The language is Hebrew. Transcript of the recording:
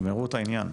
תגמרו את העניין.